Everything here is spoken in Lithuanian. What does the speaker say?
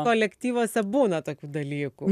kolektyvuose būna tokių dalykų